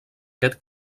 aquest